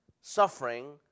Suffering